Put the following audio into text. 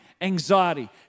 anxiety